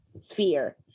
sphere